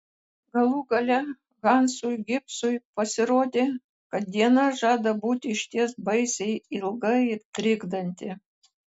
galų gale hansui gibsui pasirodė kad diena žada būti išties baisiai ilga ir trikdanti